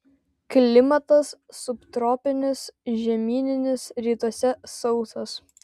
klimatas subtropinis žemyninis rytuose sausas